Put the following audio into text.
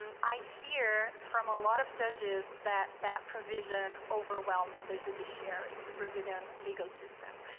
and i hear from a lot of judges that that provision overwhelms the judiciary, the brazilian legal system.